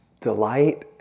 delight